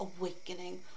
awakening